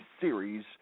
series